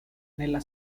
nella